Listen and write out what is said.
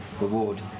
reward